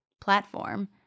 platform